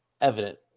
evident